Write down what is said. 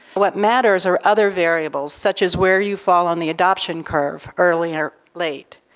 what matters are other variables such as where you fall on the adoption curve, early or late.